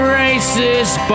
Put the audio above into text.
racist